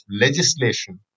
legislation